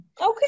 okay